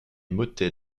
motets